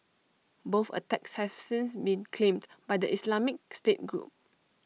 both attacks have since been claimed by the Islamic state group